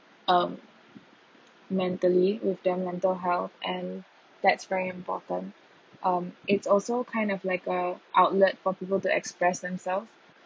um mentally with them mental health and that's very important um it's also kind of like uh outlet for people to express themselves